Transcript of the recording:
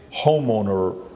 homeowner